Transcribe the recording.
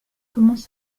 commence